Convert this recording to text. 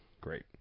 Great